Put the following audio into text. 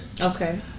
Okay